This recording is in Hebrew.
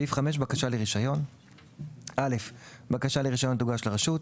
בקשה לרישיון 5. (א) בקשה לרישיון תוגש לרשות,